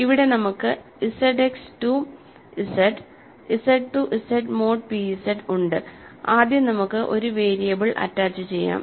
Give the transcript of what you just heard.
ഇവിടെ നമുക്ക് ZX to Z Z to Z mode p Z ഉണ്ട് ആദ്യം നമുക്ക് ഒരു വേരിയബിൾ അറ്റാച്ചുചെയ്യാം